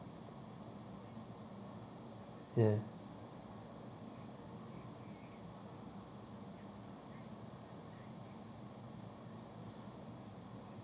ya